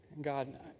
God